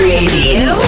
Radio